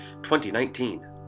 2019